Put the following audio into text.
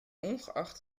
ongeacht